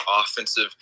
offensive